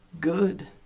good